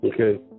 Okay